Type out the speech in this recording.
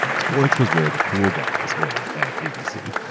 sports was where the cool guys were at abc.